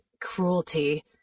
cruelty